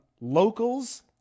Locals